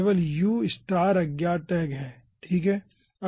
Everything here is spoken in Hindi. केवल u अज्ञात टैग हैं ठीक है